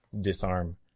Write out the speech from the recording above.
disarm